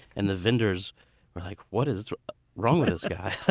and the vendors were like, what is wrong with this guy?